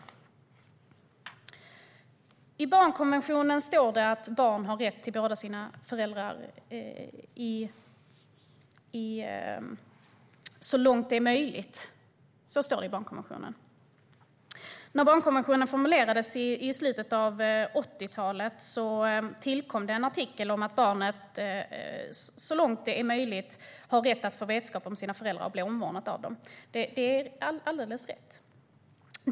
I barnkonventionen står det att barn har rätt till båda sina föräldrar så långt det är möjligt. När barnkonventionen formulerades i slutet av 80-talet tillkom det en artikel om att barnet så långt det är möjligt har rätt att få vetenskap om sina föräldrar och bli omvårdat av dem - det är alldeles rätt.